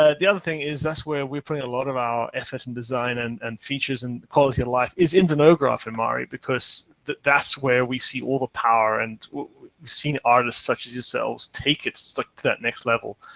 ah the other thing is, that's where we're putting a lot of our effort and design and and features and quality of life is in the nodegraph in mari. because that's where we see all the power. and we've seen artists such as yourselves take it to that next level.